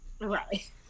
Right